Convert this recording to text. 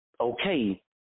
okay